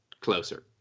closer